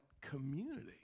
community